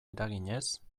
eraginez